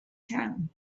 town